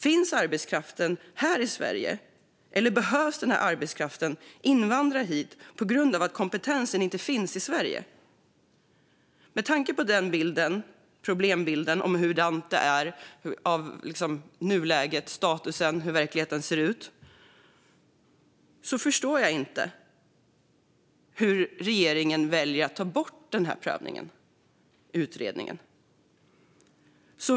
Finns arbetskraften i Sverige eller behöver arbetskraft invandra hit på grund av att kompetensen inte finns i Sverige? Med tanke på problembilden av hur nuläget, statusen och verkligheten ser ut förstår jag inte att regeringen väljer att ta bort prövningen.